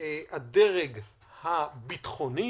הדרג הביטחוני,